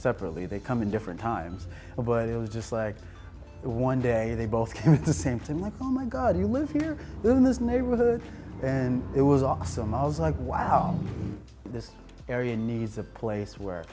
separately they come in different times but it was just like one day they both came at the same time like oh my god you live here in this neighborhood and it was awesome i was like wow this area needs a place where